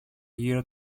γύρω